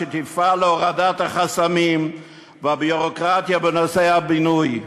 שתפעל להורדת החסמים והביורוקרטיה בנושאי הבינוי.